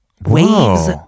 waves